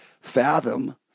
fathom